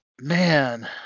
man